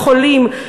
לחולים,